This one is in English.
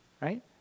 Right